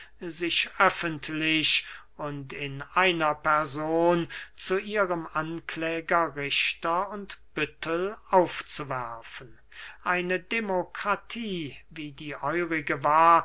sich öffentlich und in einer person zu ihrem ankläger richter und büttel aufzuwerfen eine demokratie wie die eurige war